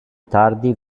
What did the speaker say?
tardi